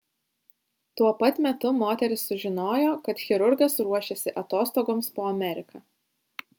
tuo pat metu moteris sužinojo kad chirurgas ruošiasi atostogoms po ameriką